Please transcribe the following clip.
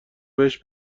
بهش